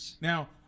now